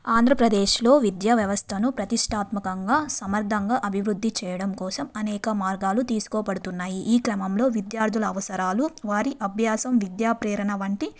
ఆంధ్రప్రదేశ్లో విద్యా వ్యవస్థను ప్రతిష్టాత్మకంగా సమర్థంగా అభివృద్ధి చేయడం కోసం అనేక మార్గాలు తీసుకోబడుతున్నాయి ఈ క్రమంలో విద్యార్థుల అవసరాలు వారి అభ్యాసం విద్యా ప్రేరణ వంటి